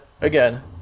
again